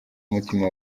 mutima